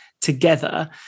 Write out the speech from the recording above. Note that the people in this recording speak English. together